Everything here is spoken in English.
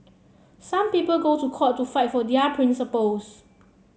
some people go to court to fight for their principles